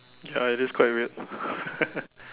ya it is quite weird